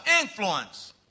influence